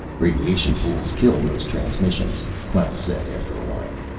radiation pools kill most transmission, klaus said, after awhile.